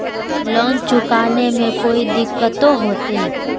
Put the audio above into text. Loan चुकाने में कोई दिक्कतों होते?